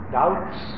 doubts